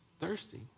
thirsty